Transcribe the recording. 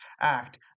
act